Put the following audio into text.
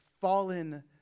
fallen